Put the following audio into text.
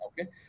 Okay